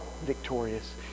victorious